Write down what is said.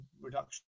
Reduction